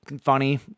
funny